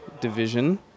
Division